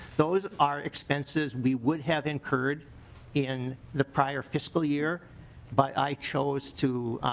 those are expenses we would have incurred in the prior fiscal year but i chose to